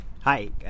hi